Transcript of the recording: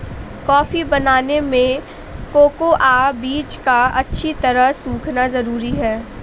coffee बनाने में cocoa बीज का अच्छी तरह सुखना जरूरी है